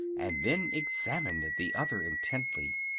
and then examined the other intently.